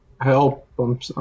Help